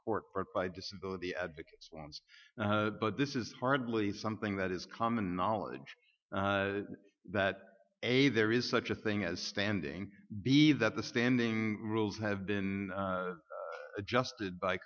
court by disability advocates but this is hardly something that is common knowledge that a there is such a thing as standing b that the standing rules have been adjusted by